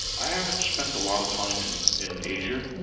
i haven't spent a lot of time in in asia.